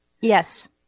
Yes